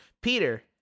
Peter